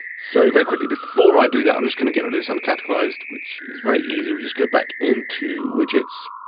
so very quickly before i do that, i'm just gonna get rid of this uncategorized, which is very easy. we just go back into widgets